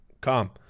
Calm